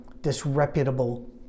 disreputable